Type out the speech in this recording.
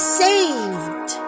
saved